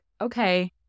okay